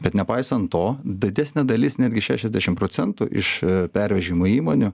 bet nepaisant to didesnė dalis netgi šešiasdešim procentų iš pervežimo įmonių